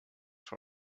for